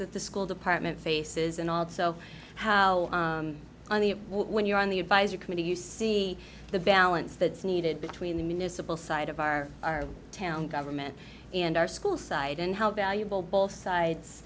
that the school department faces and also how on the when you're on the advisory committee you see the balance that's needed between the municipal side of our our town government and our school side and how valuable both sides